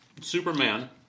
Superman